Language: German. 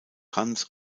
hans